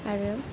आरो